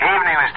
Evening